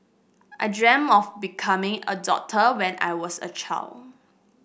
I dream of becoming a doctor when I was a child